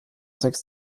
sechs